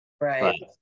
Right